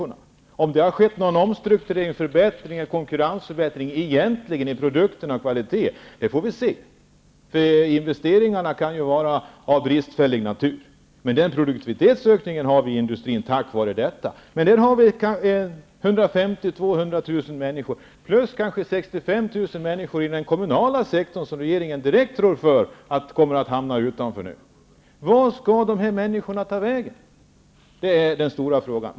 Om det egentligen har skett någon omstrukturering, någon konkurrensförbättring eller någon förbättring av produkternas kvalitet får vi se -- investeringarna kan ju vara av bristfällig natur, men produktivitetsökningen i industrin har åstadkommits tack vare detta. Till dessa 150 000 -- 200 000 människor kommer kanske 65 000 människor i den kommunala sektorn som nu kommer att hamna utanför arbetsmarknaden, och det rår regeringen direkt för. Vart skall de människorna ta vägen?